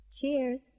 Cheers